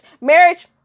Marriage